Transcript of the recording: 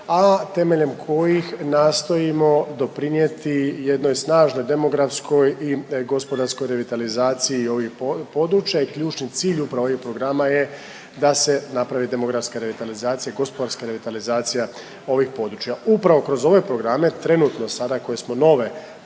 a temeljem kojih nastojimo doprinijeti jednoj snažnoj demografskoj i gospodarskoj revitalizaciji ovih područja. I ključni cilj upravo ovih programa je da se napravi demografska revitalizacija, gospodarska revitalizacija ovih područja. Upravo kroz ove programe trenutno sada koje smo nove,